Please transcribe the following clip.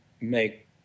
make